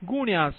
2 j0